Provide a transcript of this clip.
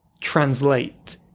translate